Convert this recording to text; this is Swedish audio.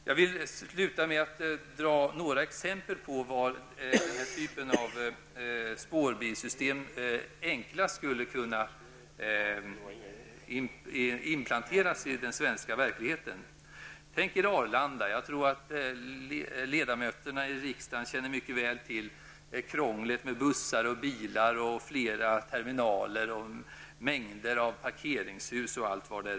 Jag vill avsluta med att ta upp några exempel på var denna typ av spårbilssystem enklast skulle kunna inplanteras i den svenska verkligheten. Tänk er Arlanda. Jag tror att ledamöterna i riksdagen mycket väl känner till krånglet med bussar, bilar, flera terminaler, mängder av parkeringshus osv.